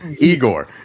Igor